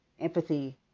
Empathy